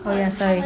oh ya sorry